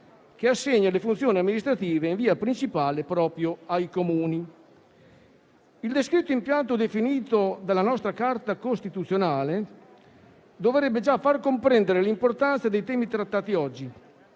che assegna le funzioni amministrative in via principale proprio ai Comuni. Il descritto impianto definito dalla nostra Carta costituzionale dovrebbe già far comprendere l'importanza dei temi trattati oggi.